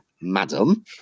madam